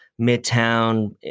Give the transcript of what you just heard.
Midtown